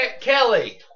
Kelly